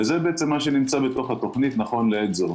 וזה בעצם מה שנמצא בתוך התוכנית נכון לעת הזו.